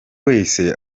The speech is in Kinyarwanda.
wese